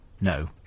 No